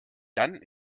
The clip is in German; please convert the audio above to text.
dann